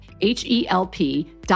H-E-L-P